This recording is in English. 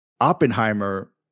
Oppenheimer